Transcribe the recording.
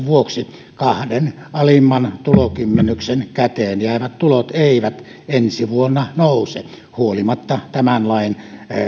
vuoksi kahden alimman tulokymmenyksen käteen jäävät tulot eivät ensi vuonna nouse huolimatta tämän lain